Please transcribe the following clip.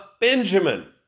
Benjamin